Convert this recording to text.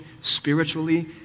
spiritually